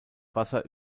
wasser